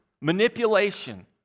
manipulation